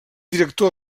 director